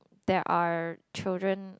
there are children